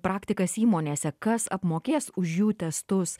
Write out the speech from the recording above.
praktikas įmonėse kas apmokės už jų testus